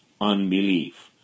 unbelief